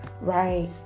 Right